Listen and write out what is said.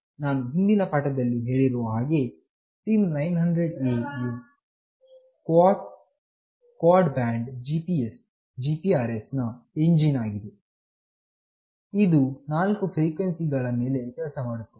ನಾನು ಹಿಂದಿನ ಪಾಠದಲ್ಲಿ ಹೇಳಿರುವ ಹಾಗೆ SIM900A ಯು ಕ್ವಾಡ್ ಬ್ಯಾಂಡ್ GPS GPRS ನ ಎಂಜಿನ್ ಆಗಿದೆ ಇದು ನಾಲ್ಕು ಫ್ರೀಕ್ವೆನ್ಸಿ ಮೇಲೆ ಕೆಲಸ ಮಾಡುತ್ತದೆ